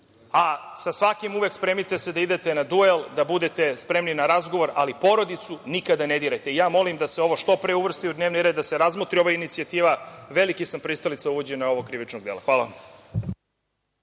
Sa svakim uvek spremite se da idete na duel, da budete spremni na razgovor, ali porodicu nikada ne dirajte. Molim da se ovo što pre uvrsti u dnevni red, da se razmotri ova inicijativa, velika sam pristalica uvođenja ovog krivičnog dela. Hvala.